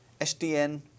SDN